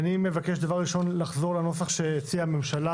אני מבקש דבר ראשון לחזור לנוסח שהציעה הממשלה